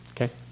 Okay